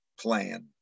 plan